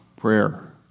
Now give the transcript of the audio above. Prayer